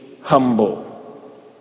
humble